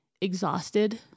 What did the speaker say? exhausted